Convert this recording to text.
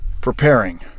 Preparing